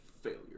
Failure